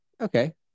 okay